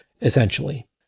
Essentially